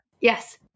Yes